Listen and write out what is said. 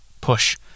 Push